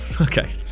okay